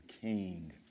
king